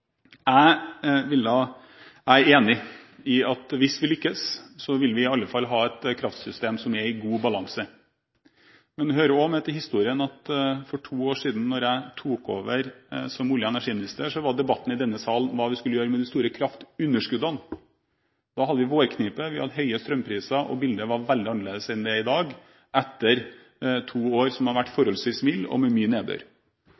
Jeg er enig i at hvis vi lykkes, vil vi i alle fall ha et kraftsystem som er i god balanse. Det hører også med til historien at for to år siden, da jeg tok over som olje- og energiminister, handlet debatten i denne salen om hva vi skulle gjøre med de store kraftunderskuddene. Da hadde vi vårknipe, vi hadde høye strømpriser, og bildet var veldig annerledes enn det er i dag – etter to år som har vært forholdsvis milde og med mye nedbør.